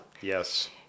Yes